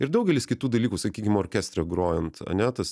ir daugelis kitų dalykų sakykim orkestre grojant ane tas